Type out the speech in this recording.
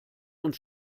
und